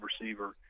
receiver